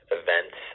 events